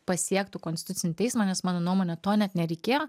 pasiektų konstitucinį teismą nes mano nuomone to net nereikėjo